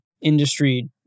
industry